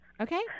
Okay